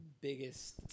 biggest